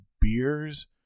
beers